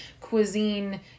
cuisine